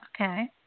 Okay